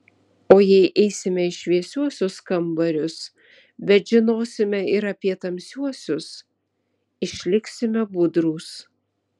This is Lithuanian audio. o jei eisime į šviesiuosius kambarius bet žinosime ir apie tamsiuosius išliksime budrūs